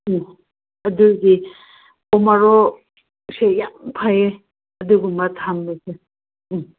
ꯎꯝ ꯑꯗꯨꯒꯤ ꯎꯃꯣꯔꯣꯛꯁꯦ ꯌꯥꯝ ꯐꯩꯑꯦ ꯑꯗꯨꯒꯨꯝꯕ ꯊꯝꯕꯁꯦ ꯎꯝ